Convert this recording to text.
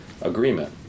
agreement